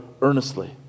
earnestly